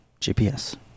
GPS